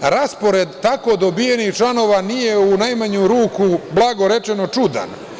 raspored tako dobijenih članova nije u najmanju ruku, blago rečeno, čudan.